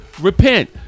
Repent